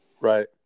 Right